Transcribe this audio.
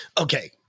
Okay